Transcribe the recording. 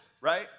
right